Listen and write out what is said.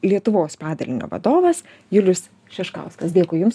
lietuvos padalinio vadovas julius šeškauskas dėkui jums